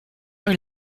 are